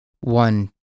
one